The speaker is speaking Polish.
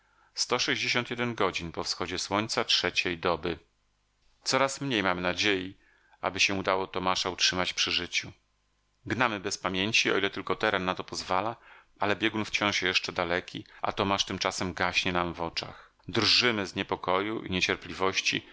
prawdopodobnie zacznie się okolica nie pozbawiona powietrza i wody coraz mniej mamy nadziei aby się udało tomasza utrzymać przy życiu gnamy bez pamięci o ile tylko teren na to pozwala ale biegun wciąż jeszcze daleki a tomasz tymczasem gaśnie nam w oczach drżymy z niepokoju i niecierpliwości